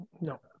No